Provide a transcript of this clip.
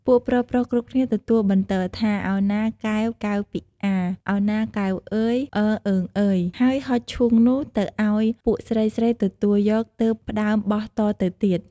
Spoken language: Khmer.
ពួកប្រុសៗគ្រប់គ្នាទទួលបន្ទរថា «ឱណាកែវ កែវពីអា ឱណាកែវអឺយ អឺអឺងអឺយ! » ហើយហុចឈូងនោះទៅអោយពួកស្រីៗទទួលយកទើប ផ្ដើមបោះតទៅទៀត។